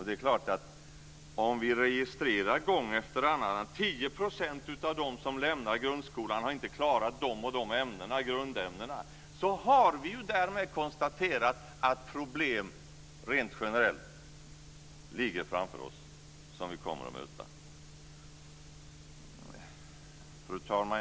Det är klart att om vi registrerar gång efter annan att 10 % av dem som har lämnat grundskolan inte har klarat de och de grundämnena har vi därmed konstaterat att problem rent generellt ligger framför oss, problem som vi kommer att möta. Fru talman!